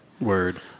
Word